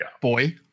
Boy